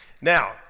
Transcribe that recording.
Now